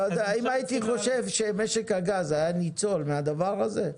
אם הייתי חושב שמשק הגז היה ניצול מהדבר הזה,